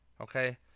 Okay